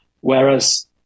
Whereas